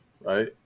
right